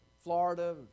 Florida